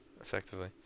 effectively